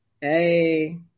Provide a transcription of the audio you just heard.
Hey